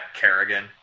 Kerrigan